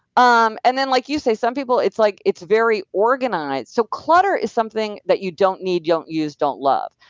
um and then, like you say, some people, it's like it's very organized, so clutter is something that you don't need, don't use, don't love,